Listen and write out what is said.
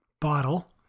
bottle